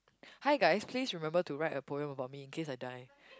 hi guys please remember to write a poem about me in case I die